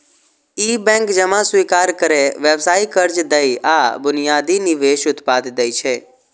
ई bank जमा स्वीकार करै, व्यावसायिक कर्ज दै आ बुनियादी निवेश उत्पाद दै छै